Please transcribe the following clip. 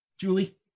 Julie